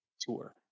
tour